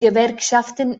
gewerkschaften